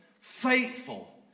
faithful